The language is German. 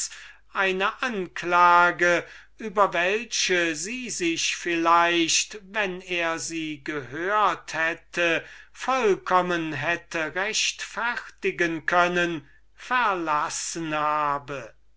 als hippias über welche sie sich vielleicht wenn er sie gehört hätte vollkommen hätte rechtfertigen können verlassen habe